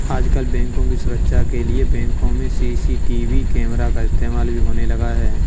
आजकल बैंकों की सुरक्षा के लिए बैंकों में सी.सी.टी.वी कैमरा का इस्तेमाल भी होने लगा है